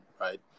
right